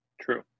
True